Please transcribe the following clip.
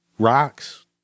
Rocks